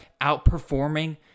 outperforming